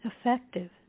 effective